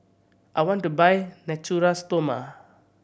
I want to buy Natura Stoma